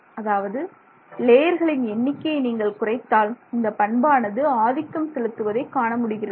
அதாவது லேயர்களின் எண்ணிக்கையை நீங்கள் குறைத்தால் இந்த பண்பானது ஆதிக்கம் செலுத்துவதை காணமுடிகிறது